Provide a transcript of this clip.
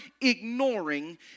ignoring